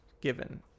given